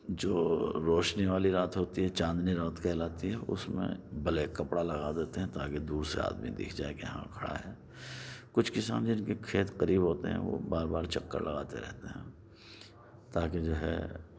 جو روشنی والی رات ہوتی ہے چاندنی رات کہلاتی ہے اس میں بلیک کپڑا لگا دیتے ہیں تاکہ دور سے آدمی دکھ جائے کہ ہاں کھڑا ہے کچھ کسان جن کے کھیت قریب ہوتے ہیں وہ بار بار چکر لگاتے رہتے ہیں تاکہ جو ہے